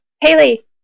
Haley